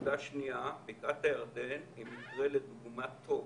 נקודה שנייה, בקעת הירדן היא מקרה לדוגמה טוב,